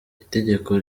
itegeko